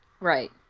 right